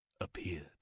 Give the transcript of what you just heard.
appeared